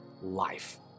life